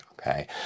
okay